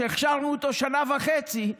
שהכשרנו אותו שנה וחצי,